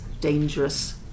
dangerous